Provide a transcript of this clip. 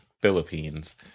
Philippines